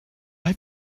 have